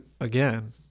Again